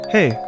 Hey